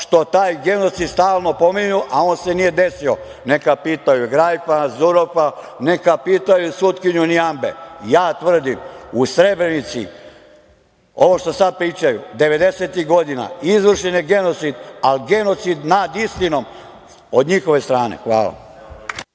što taj genocid stalno pominju, a on se nije desio. Neka pitaju Grajfa Nazurofa, neka pitaju sutkinju Nijambe, ja tvrdim – u Srebrenici, ovo što sad pričaju, devedesetih godina izvršen je genocid, ali genocid nad istinom, od njihove strane. Hvala.